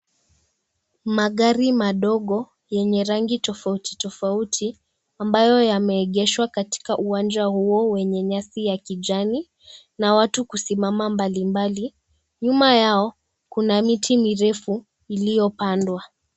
Magari madogo yenye rangi tofauti tofauti ambayo yameegeshwa katika uwanja huo wenye nyasi ya kijani, na watu kusimama mbalimbali. Nyuma yao kuna miti mirefu iliyopandwa.